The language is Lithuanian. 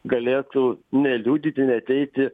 galėtų neliudyti neateiti